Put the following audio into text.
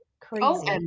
crazy